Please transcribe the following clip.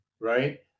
right